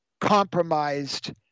compromised